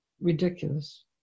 ridiculous